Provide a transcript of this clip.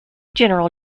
general